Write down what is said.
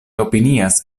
opinias